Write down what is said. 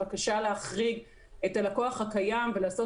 הבקשה להחריג את הלקוח הקיים ולעשות